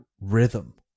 rhythm